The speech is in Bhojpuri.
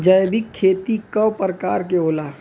जैविक खेती कव प्रकार के होला?